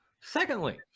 Secondly